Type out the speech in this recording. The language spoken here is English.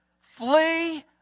flee